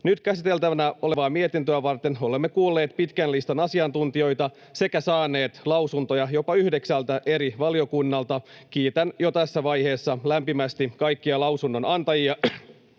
Nyt käsiteltävänä olevaa mietintöä varten olemme kuulleet pitkän listan asiantuntijoita sekä saaneet lausuntoja jopa yhdeksältä eri valiokunnalta. Kiitän jo tässä vaiheessa lämpimästi kaikkia lausunnonantajia